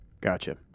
Gotcha